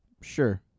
Sure